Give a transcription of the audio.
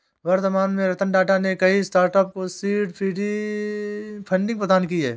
वर्तमान में रतन टाटा ने कई स्टार्टअप को सीड फंडिंग प्रदान की है